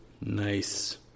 Nice